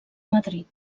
madrid